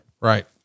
right